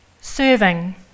Serving